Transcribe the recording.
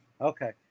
Okay